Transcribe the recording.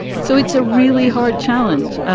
so it's a really hard challenge.